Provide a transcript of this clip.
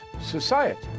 society